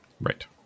Right